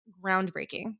groundbreaking